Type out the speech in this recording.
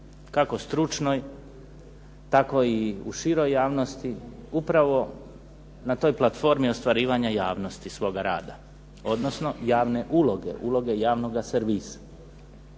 kako stručnoj, tako i u široj javnosti upravo na toj platformi ostvarivanja javnosti svoga rada, odnosno javne uloge, uloge javnoga servisa.